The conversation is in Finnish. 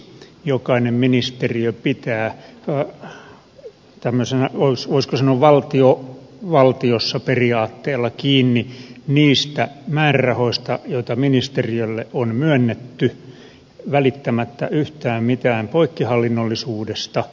jokainen ministeriö pitää tämmöisellä voisiko sanoa valtio valtiossa periaatteella kiinni niistä määrärahoista joita ministeriölle on myönnetty välittämättä yhtään mitään poikkihallinnollisuudesta